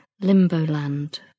limbo-land